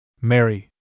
Mary